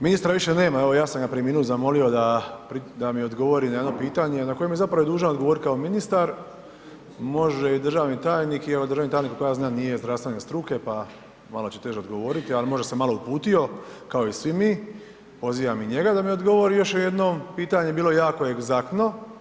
Ministra više nema, evo ja sam ga prije minut zamolio da mi odgovori na jedno pitanje na koje mi je zapravo i dužan odgovorit kao ministar, može i državni tajnik i evo državni tajnik koliko ja znam, nije zdravstvene struke, pa malo će teže odgovoriti, ali možda se malo uputio kao i svi mi, pozivam i njega da mi odgovori još jednom, pitanje je bilo jako egzaktno.